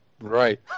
Right